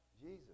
Jesus